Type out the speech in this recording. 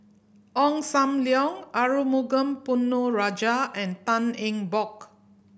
Ong Sam Leong Arumugam Ponnu Rajah and Tan Eng Bock